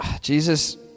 Jesus